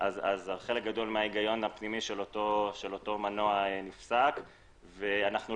אז חלק גדול מההיגיון הפנימי של אותו מנוע נפסק וכמדינה